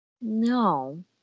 No